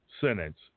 sentence